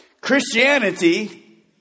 Christianity